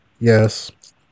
Yes